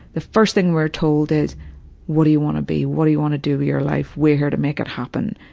the first thing we were told is what do you want to be? what do you want to do with your life? we're here to make it happen.